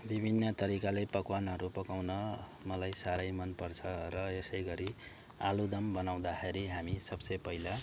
विभिन्न तरिकाले पकवानहरू पकाउन मलाई साह्रै मनपर्छ र यसैगरी आलुदम बनाउँदाखेरि हामी सबसे पहिला